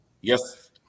yes